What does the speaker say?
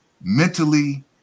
mentally